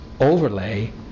overlay